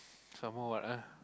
some more what ah